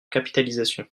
capitalisation